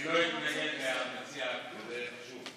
אני לא אתנגד למציע שהעלה נושא כזה חשוב.